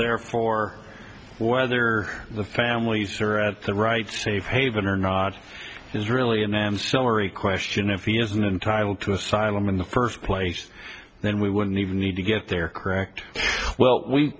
therefore whether the families are at the right safe haven or not is really an end summary question if he isn't entitle to asylum in the first place then we wouldn't even need to get there correct well we